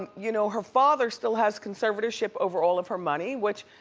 um you know her father still has conservatorship over all of her money which,